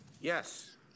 Yes